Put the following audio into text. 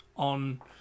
on